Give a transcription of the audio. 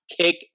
kick